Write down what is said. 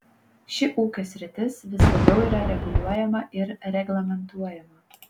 ši ūkio sritis vis labiau yra reguliuojama ir reglamentuojama